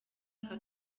aka